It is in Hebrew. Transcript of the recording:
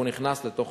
והוא נכנס לתוך